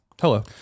hello